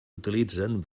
utilitzen